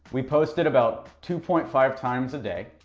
we posted about two point five times a day,